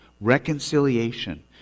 reconciliation